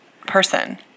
person